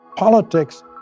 Politics